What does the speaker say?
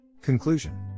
Conclusion